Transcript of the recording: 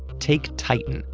take titan,